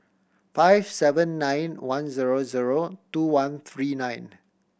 five seven nine one zero zero two one three nine